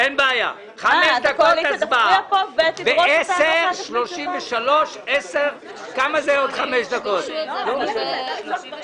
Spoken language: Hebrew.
(הישיבה נפסקה בשעה 10:34 ונתחדשה בשעה